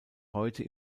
heute